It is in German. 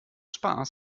spaß